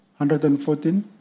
114